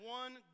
one